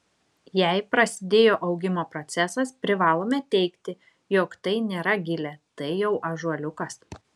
jei prasidėjo augimo procesas privalome teigti jog tai nėra gilė tai jau ąžuoliukas